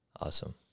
Awesome